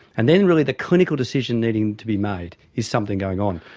and then really the clinical decision needing to be made is something going on?